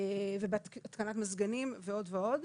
ובהתקנת מזגנים ועוד ועוד,